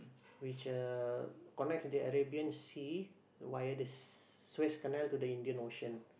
which uh connects the Arabian sea via the Suez-Canal to the Indian Ocean